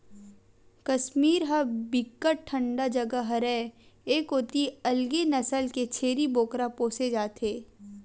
कस्मीर ह बिकट ठंडा जघा हरय ए कोती अलगे नसल के छेरी बोकरा पोसे जाथे